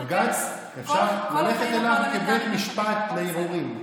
בג"ץ, אפשר ללכת אליו כבית משפט לערעורים.